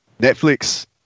Netflix